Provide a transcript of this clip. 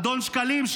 אדון שקלים,